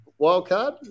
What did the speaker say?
Wildcard